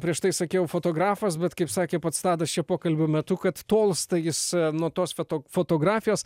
prieš tai sakiau fotografas bet kaip sakė pats tadas čia pokalbio metu kad tolsta jis nuo tos foto fotografijos